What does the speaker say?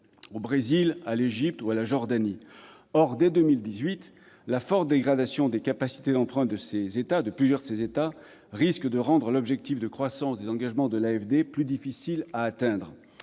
au Brésil, à l'Égypte, ou encore à la Jordanie. Or, dès 2018, la forte dégradation des capacités d'emprunt de plusieurs de ces États risque de rendre l'objectif de croissance des engagements de l'AFD plus difficile à atteindre.